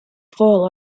fall